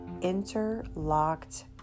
interlocked